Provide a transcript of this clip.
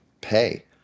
pay